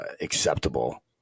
acceptable